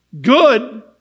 good